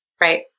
right